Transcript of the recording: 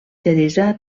teresa